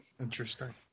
Interesting